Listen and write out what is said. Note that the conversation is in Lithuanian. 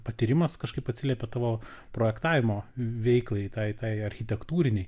patyrimas kažkaip atsiliepia tavo projektavimo veiklai tai tai architektūrinei